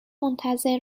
منتظر